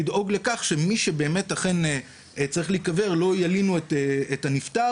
לדאוג לכך שמי שאכן צריך להיקבר לא ילינו את הנפטר,